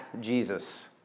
Jesus